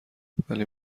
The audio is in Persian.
ولی